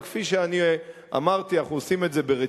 אבל כפי שאמרתי, אנחנו עושים את זה ברצינות,